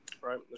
Right